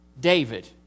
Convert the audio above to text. David